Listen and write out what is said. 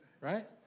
right